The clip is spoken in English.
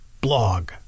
blog